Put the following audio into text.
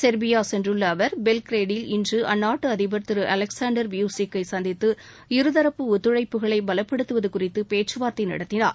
Serbia சென்றுள்ள அவர் பெல்கிரேடில் இன்று அற்நாட்டு அதிபர் அலெக்சாண்டர் வியூசிக்கை சந்தித்து இருதரப்பு ஒத்துழைப்புகளை பலப்படுத்துவது குறித்து பேச்சுவார்த்தை நடத்தினார்